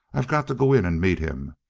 i've got to go in and meet him.